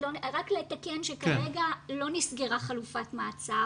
רק לתקן שכרגע לא נסגרה חלופת מעצר.